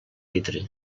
litre